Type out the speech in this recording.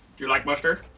do you like mustard?